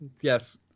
Yes